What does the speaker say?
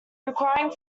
requiring